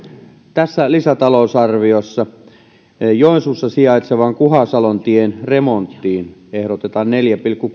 tässä lisätalousarviossa esimerkiksi joensuussa sijaitsevan kuhasalontien remonttiin ehdotetaan neljä pilkku